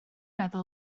meddwl